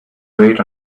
wait